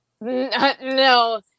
no